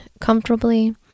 comfortably